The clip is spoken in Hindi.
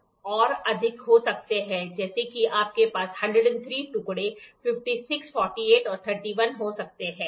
तो आपके पास और अधिक हो सकते हैं जैसे कि आपके पास 103 टुकड़े 56 48 और 31 हो सकते हैं